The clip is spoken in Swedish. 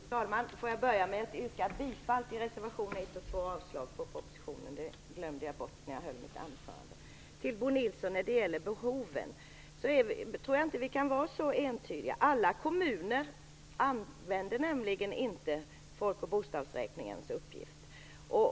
Fru talman! Låt mig börja med att yrka bifall till reservation 1 och 2 och avslag på propositionen. Det glömde jag när jag höll mitt anförande. När det gäller behoven vill jag säga till Bo Nilsson att jag inte tror att vi kan uttala oss så entydigt som han gör. Alla kommuner använder nämligen inte folkoch bostadsräkningens uppgifter.